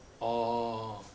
orh